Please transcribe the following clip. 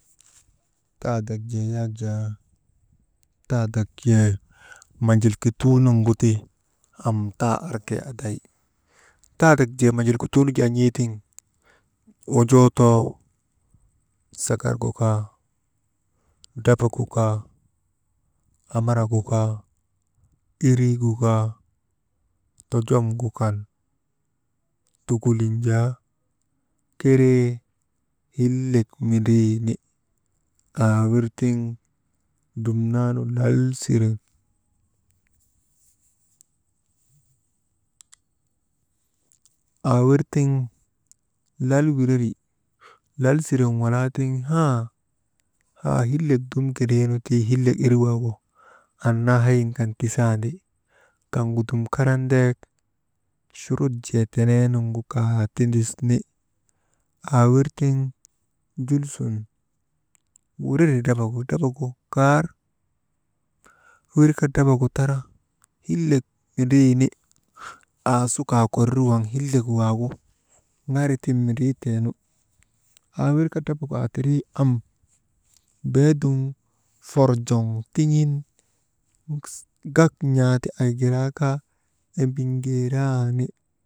Taadak jee yak jaa, taa dak jee manjilkutuu nuŋgu ti, am taa artee aday taadak jee manjilkutuu nu jaa n̰ee tiŋ, wonjoo too sagargu kaa, drabagu kaa, amarak gu kaa, iriigu kaa tojom gu kan tukulin jaa keree hillek mindrii ni aa wirtiŋ dumnanu lalsire, aawir tiŋ lal wireri lal siren walaa tiŋ haa, haa hillek dum kiriinu tii hillek irik waagu, annaa hayin kan tisandi, kaŋgu dum karan deegu churut jee tenee nuŋgu kaa tindisni, aa wir tiŋ jul sun wuriri drabagu, drabagu kaar wirka drabagu tara hiilek mindriini aa su kaa kurir waŋ hillek waagu ŋari tiŋ mindrii teenu, aa wirka drabagu aa tirii am beedum forjoŋ tiŋin gak n̰aa ti aaygira kaa embiŋgeeraani.